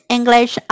English